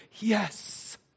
yes